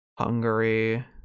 Hungary